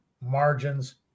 margins